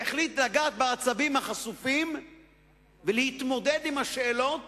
והחליט לגעת בעצבים החשופים ולהתמודד עם השאלות